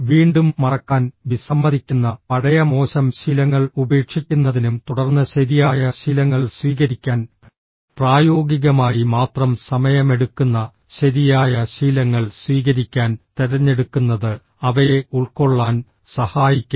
വീണ്ടും മറക്കാൻ വിസമ്മതിക്കുന്ന പഴയ മോശം ശീലങ്ങൾ ഉപേക്ഷിക്കുന്നതിനും തുടർന്ന് ശരിയായ ശീലങ്ങൾ സ്വീകരിക്കാൻ പ്രായോഗികമായി മാത്രം സമയമെടുക്കുന്ന ശരിയായ ശീലങ്ങൾ സ്വീകരിക്കാൻ തിരഞ്ഞെടുക്കുന്നത് അവയെ ഉൾക്കൊള്ളാൻ സഹായിക്കും